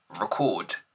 record